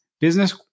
business